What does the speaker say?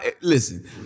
Listen